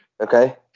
Okay